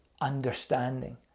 understanding